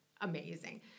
amazing